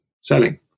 selling